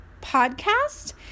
podcast